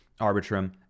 Arbitrum